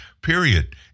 Period